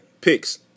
picks